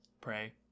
pray